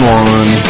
one